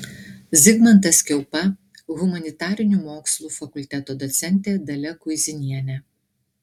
zigmantas kiaupa humanitarinių mokslų fakulteto docentė dalia kuizinienė